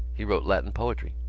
he wrote latin poetry.